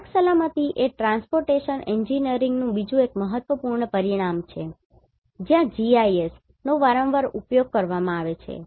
માર્ગ સલામતી એ ટ્રાન્સપોર્ટેશન એન્જિનિયરિંગનું બીજું એક મહત્વપૂર્ણ પરિમાણ છે જ્યાં GIS ભૌગોલિક માહિતી પધ્ધતિ નો વારંવાર ઉપયોગ કરવામાં આવે છે